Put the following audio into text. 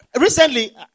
Recently